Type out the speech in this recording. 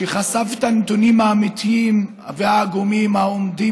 שחשף את הנתונים האמיתיים והעגומים העומדים